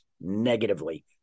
negatively